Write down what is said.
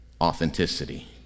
authenticity